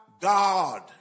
God